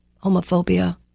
homophobia